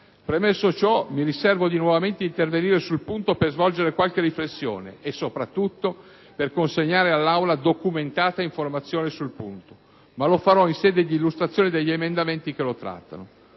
Premesso ciò, mi riservo di nuovamente intervenire sul punto per svolgere qualche riflessione e soprattutto per consegnare all'Aula documentate informazioni sul punto, ma lo farò in sede di illustrazione degli emendamenti che lo trattano.